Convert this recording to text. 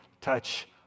touch